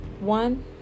one